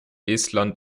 estland